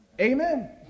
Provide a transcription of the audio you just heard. Amen